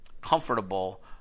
comfortable